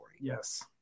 Yes